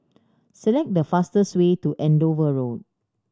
select the fastest way to Andover Road